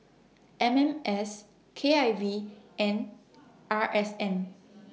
M S K I V and R S N